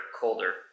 colder